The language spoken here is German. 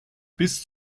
bis